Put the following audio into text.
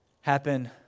happen